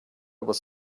was